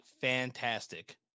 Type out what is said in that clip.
fantastic